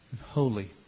holy